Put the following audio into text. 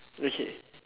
okay